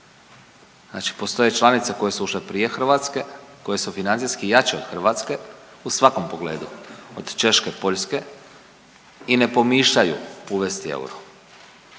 Znači postoje članice koje su ušle prije Hrvatske, koje su financijski jače od Hrvatske u svakom pogledu od Češke, Poljske i ne pomišljaju uvesti euro,